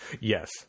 Yes